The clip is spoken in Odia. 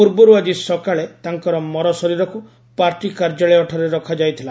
ପୂର୍ବରୁ ଆକି ସକାଳେ ତାଙ୍କର ମରଶରୀରକୁ ପାର୍ଟି କାର୍ଯ୍ୟାଳୟଠାରେ ରଖାଯାଇଥିଲା